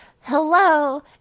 Hello